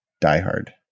die-hard